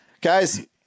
Guys